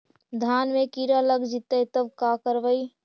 धान मे किड़ा लग जितै तब का करबइ?